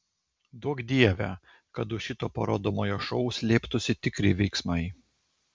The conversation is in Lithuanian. duok dieve kad už šito parodomojo šou slėptųsi tikri veiksmai